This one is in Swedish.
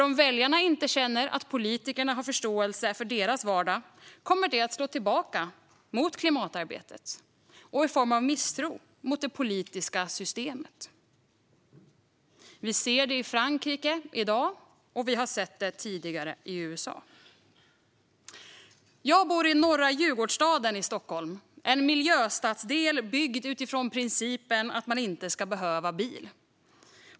Om väljarna inte känner att politikerna har förståelse för deras vardag kommer det att slå tillbaka mot klimatarbetet och i form av misstro mot det politiska systemet. Vi ser det i Frankrike i dag, och vi har sett det tidigare i USA. Jag bor i Norra Djurgårdsstaden i Stockholm, en miljöstadsdel byggd utifrån principen att man inte ska behöva bil.